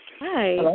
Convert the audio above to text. Hi